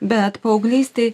bet paauglystėj